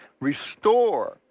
restore